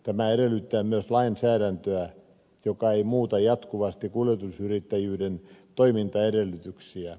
tämä edellyttää myös lainsäädäntöä joka ei muuta jatkuvasti kuljetusyrittäjyyden toimintaedellytyksiä